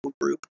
group